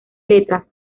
letras